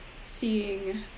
seeing